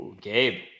Gabe